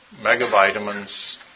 megavitamins